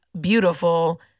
beautiful